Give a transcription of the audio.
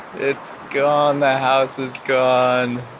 it's gone. the house is gone.